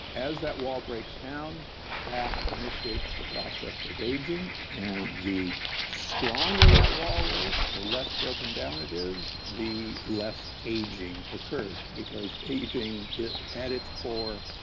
as that wall breaks down that initiates the process of aging. and the stronger that wall is, the less broken down it is, the less aging occurred because aging, at its core,